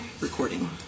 recording